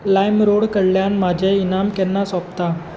लायमरोड कडल्यान म्हाजें इनाम केन्ना सोंपता